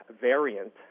variant